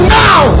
now